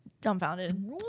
dumbfounded